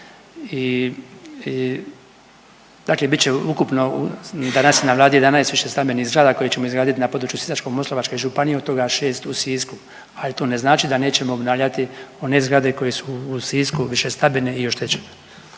dakle bit će ukupno danas na Vladi 11 višestambenih zgrada koje ćemo izgraditi na području Sisačko-moslavačke županije od toga 6 u Sisku, ali to ne znači da nećemo obnavljati one zgrade koje su u Sisku višestambene i oštećene.